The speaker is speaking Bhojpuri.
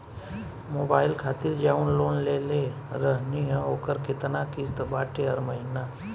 मोबाइल खातिर जाऊन लोन लेले रहनी ह ओकर केतना किश्त बाटे हर महिना?